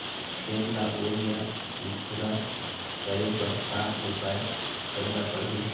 खेत ला ओल या झुरा करे बर का उपाय करेला पड़ही?